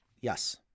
Yes